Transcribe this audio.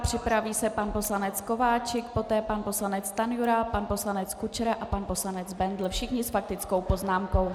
Připraví se pan poslanec Kováčik, poté pan poslanec Stanjura, pan poslanec Kučera a pan poslanec Bendl, všichni s faktickou poznámkou.